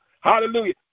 Hallelujah